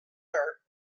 her